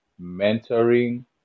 mentoring